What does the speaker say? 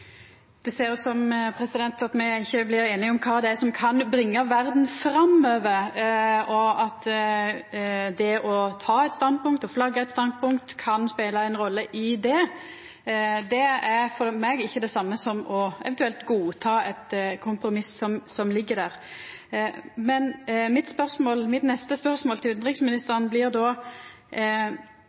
Det ser ut som me ikkje blir einige om kva det er som kan bringa verda framover, og at det å ta eit standpunkt og flagga eit standpunkt kan spela ei rolle i det. For meg er det ikkje det same som eventuelt å godta eit kompromiss som ligg der. Mitt neste spørsmål til utanriksministeren blir då: